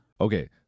Okay